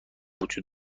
وجود